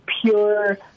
pure